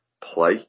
play